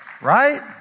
Right